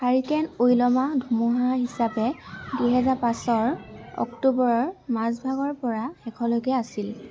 hurricane Wilma ধুমুহা হিচাপে দুহেজাৰ পাঁচৰ অক্টোবৰৰ মাজভাগৰ পৰা শেষলৈকে আছিল